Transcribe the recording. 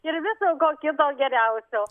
ir viso ko kito geriausio